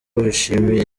bishimiye